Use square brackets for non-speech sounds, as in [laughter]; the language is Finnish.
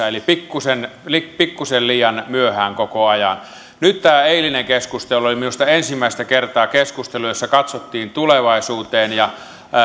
[unintelligible] eli pikkusen eli pikkusen liian myöhään koko ajan nyt tämä eilinen keskustelu oli minusta ensimmäistä kertaa keskustelu jossa katsottiin tulevaisuuteen ja